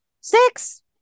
Six